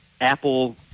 Apple